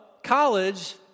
College